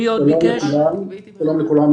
שלום לכולם.